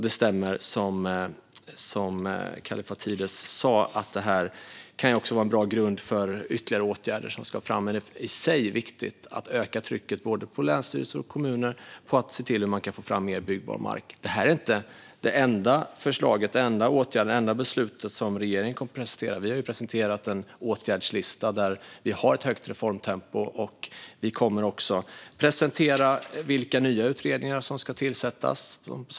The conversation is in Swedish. Det stämmer vad Kallifatides sa om att detta kan vara en bra grund för ytterligare åtgärder. Men det är i sig viktigt att öka trycket på länsstyrelser och kommuner att få fram mer byggbar mark. Detta är inte regeringens enda förslag, beslut eller åtgärd. Vi har presenterat en åtgärdslista med ett högt reformtempo, och vi kommer att presentera vilka nya utredningar som ska tillsättas.